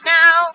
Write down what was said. now